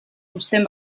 uzten